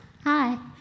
Hi